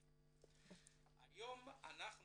2017. היום אנחנו